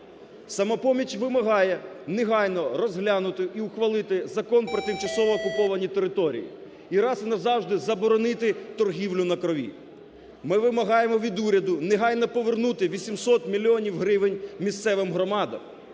"Самопоміч" вимагає негайно розглянути і ухвалити Закон про тимчасово окуповані території і раз і назавжди заборонити торгівлю на крові. Ми вимагаємо від уряду негайно повернути 800 мільйонів гривень місцевим громадам,